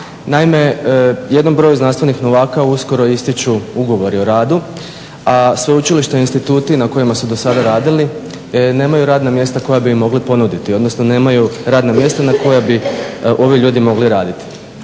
Naime, jednom broju znanstvenih novaka uskoro ističu ugovori o radu a sveučilišta i instituti na kojima su do sada radili nemaju radna mjesta koja bi im mogli ponuditi odnosno nemaju radna mjesta na kojima bi ovi ljudi mogli raditi.